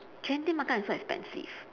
genting makan is so expensive